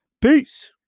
Peace